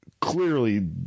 clearly